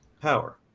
power